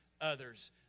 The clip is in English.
others